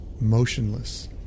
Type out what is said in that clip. motionless